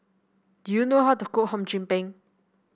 do you know how to cook Hum Chim Peng